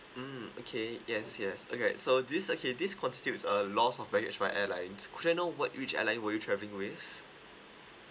mm okay yes yes okay so this okay this constitutes a loss of baggage by airline could I know what airline were you travelling with